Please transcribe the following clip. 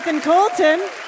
Colton